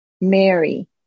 Mary